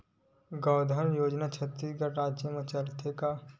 गौधन योजना छत्तीसगढ़ राज्य मा चलथे का?